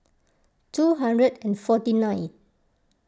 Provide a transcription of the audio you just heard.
two hundred and forty ninth